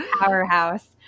powerhouse